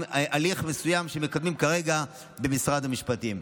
הליך מסוים שמקדמים כרגע במשרד המשפטים.